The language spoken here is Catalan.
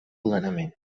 plenament